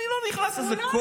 אני לא נכנס לזה.